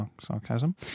sarcasm